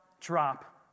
drop